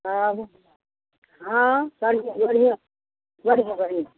तब हँ बढ़िआँ बढ़िआँ बढ़िआँ बढ़िआँ